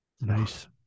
Nice